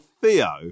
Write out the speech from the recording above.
Theo